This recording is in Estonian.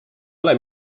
ole